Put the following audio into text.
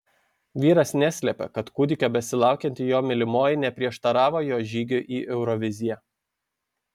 vyras neslėpė kad kūdikio besilaukianti jo mylimoji neprieštaravo jo žygiui į euroviziją